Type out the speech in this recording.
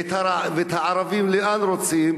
ואת הערבים לאן רוצים?